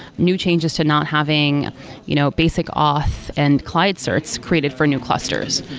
new changes to not having you know basic auth and client certs created for new clusters.